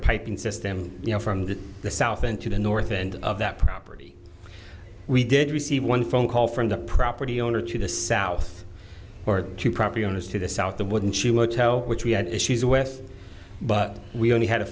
piping system you know from the south end to the north end of that property we did receive one phone call from the property owner to the south or to property owners to the south the wooden chew motel which we had issues with but we only had a